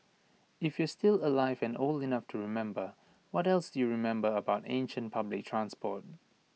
if you're still alive and old enough to remember what else do you remember about ancient public transport